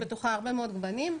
יש בתוכה הרבה מאוד גוונים.